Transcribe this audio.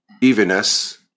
evenness